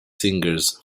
singers